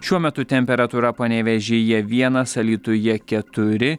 šiuo metu temperatūra panevėžyje vienas alytuje keturi